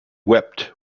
wept